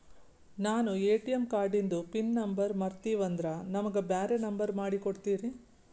ನಾನು ಎ.ಟಿ.ಎಂ ಕಾರ್ಡಿಂದು PIN number ಮರತೀವಂದ್ರ ನಮಗ ಬ್ಯಾರೆ ನಂಬರ್ ಮಾಡಿ ಕೊಡ್ತೀರಿ?